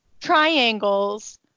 triangles